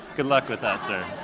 good luck with that, sir.